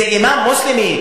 זה אימאם מוסלמי,